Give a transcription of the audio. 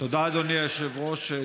אדוני היושב-ראש.